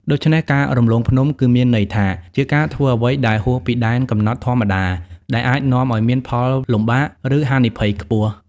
ដូច្នេះការ រំលងភ្នំ គឺមានន័យថាជាការធ្វើអ្វីដែលហួសពីដែនកំណត់ធម្មតា ដែលអាចនាំឲ្យមានផលលំបាក ឬហានិភ័យខ្ពស់។